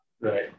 Right